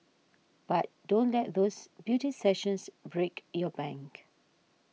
but don't let those beauty sessions break your bank